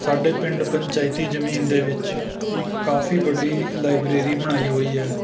ਸਾਡੇ ਪਿੰਡ ਪੰਚਾਇਤੀ ਜ਼ਮੀਨ ਦੇ ਵਿੱਚ ਇੱਕ ਕਾਫੀ ਵੱਡੀ ਲਾਇਬ੍ਰੇਰੀ ਬਣਾਈ ਹੋਈ ਹੈ